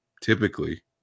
typically